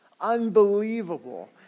unbelievable